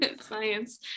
science